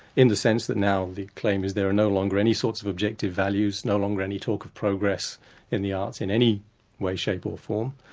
in the sense that now the claim is there are no longer any sorts of objective values, no longer any talk of progress in the arts in any way, shape or form,